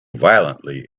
violently